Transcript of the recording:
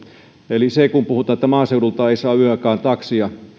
eli kun puhutaan että maaseudulta ei saa yöaikaan taksia niin